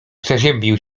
przeziębił